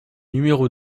numéro